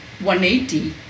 180